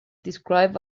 described